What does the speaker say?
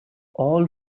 all